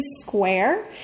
Square